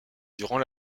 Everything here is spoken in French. durant